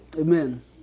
Amen